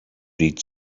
read